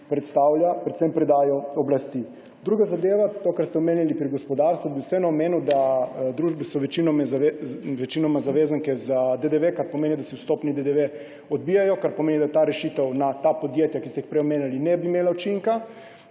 predstavlja predvsem predajo oblasti. Druga zadeva. O tem, kar ste omenili pri gospodarstvu, bi vseeno omenil, da so družbe večinoma zavezanke za DDV, kar pomeni, da se vstopni DDV odbijajo, kar pomeni, da ta rešitev na ta podjetja, ki ste jih prej omenjali, ne bi imela učinka,